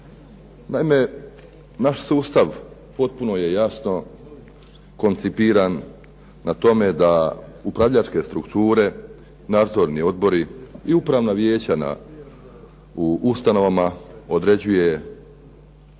Naime, naš sustav potpuno je jasno koncipiran na tome da upravljačke strukture, nadzorni odbori i upravna vijeća u ustanovama određuje vladajuća